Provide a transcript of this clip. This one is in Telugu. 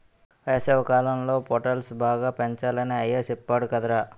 వేసవికాలంలో పొటల్స్ బాగా పెంచాలని అయ్య సెప్పేడు కదరా